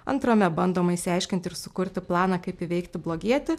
antrame bandoma išsiaiškinti ir sukurti planą kaip įveikti blogietį